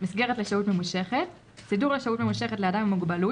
"מסגרת לשהות ממושכת" סידור לשהות ממושכת לאדם עם מוגבלות,